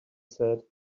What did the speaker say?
said